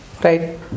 Right